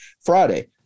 Friday